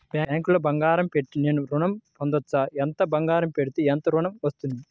బ్యాంక్లో బంగారం పెట్టి నేను ఋణం పొందవచ్చా? ఎంత బంగారం పెడితే ఎంత ఋణం వస్తుంది?